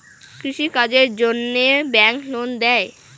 কৃষি কাজের জন্যে ব্যাংক লোন দেয়?